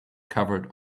covered